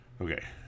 okay